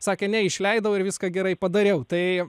sakė ne išleidau ir viską gerai padariau tai